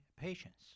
patients